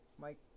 Mike